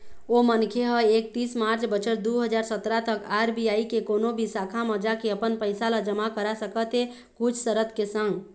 ओ मनखे ह एकतीस मार्च बछर दू हजार सतरा तक आर.बी.आई के कोनो भी शाखा म जाके अपन पइसा ल जमा करा सकत हे कुछ सरत के संग